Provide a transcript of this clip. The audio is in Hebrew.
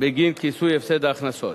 בגין כיסוי הפסד ההכנסות.